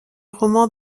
romans